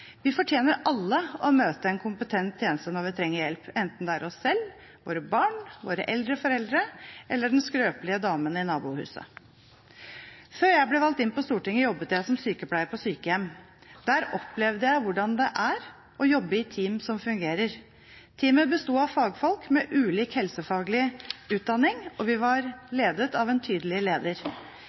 Vi fortjener alle å møte en kompetent tjeneste når vi trenger hjelp, enten det er oss selv, våre barn, våre eldre foreldre eller den skrøpelige damen i nabohuset. Før jeg ble valgt inn på Stortinget, jobbet jeg som sykepleier på sykehjem. Der opplevde jeg hvordan det er å jobbe i team som fungerer. Teamet besto av fagfolk med ulik helsefaglig utdanning, og vi var ledet av en tydelig leder.